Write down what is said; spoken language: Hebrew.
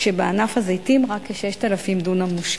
כשבענף הזיתים רק כ-6,000 דונם מושקים.